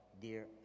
dear